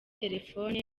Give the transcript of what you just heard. telefone